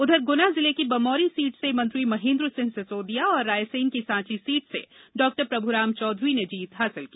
उधर गुना जिले की बमौरी सीट से मंत्री महेन्द्र सिंह सिसोदिया और रायसेन की सांची सीट से डॉप्रभुराम चौधरी ने जीत हासिल की